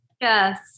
Yes